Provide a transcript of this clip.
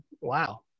Wow